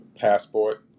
passport